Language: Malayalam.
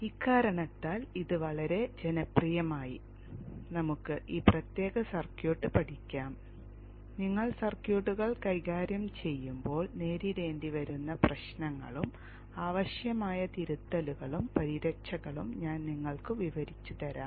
ഇക്കാരണത്താൽ ഇത് വളരെ ജനപ്രിയമായി നമുക്ക് ഈ പ്രത്യേക സർക്യൂട്ട് പഠിക്കാം നിങ്ങൾ സർക്യൂട്ടുകൾ കൈകാര്യം ചെയ്യുമ്പോൾ നേരിടേണ്ടിവരുന്ന പ്രശ്നങ്ങളും ആവശ്യമായ തിരുത്തലുകളും പരിരക്ഷകളും ഞാൻ നിങ്ങൾക്കു വിവരിച്ചു തരാം